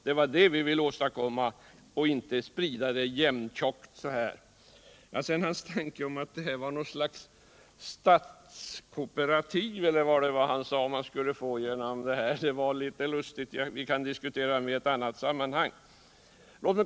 Det är det vi vill åstadkomma, och vi vill inte sprida lättnaderna jämntjockt. Herr Börjessons tanke om att det var något slags statskooperativ man skulle få genom vårt förslag var litet lustig. Vi kanske kan diskutera detta i ett annat sammanhang.